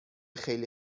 خیلی